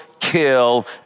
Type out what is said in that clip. kill